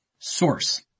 Source